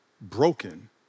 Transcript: broken